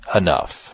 enough